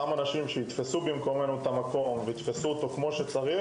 אותם מקומות עם אנשים שיתפסו את מקומנו כמו שצריך,